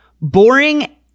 boring